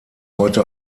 heute